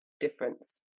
difference